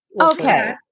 Okay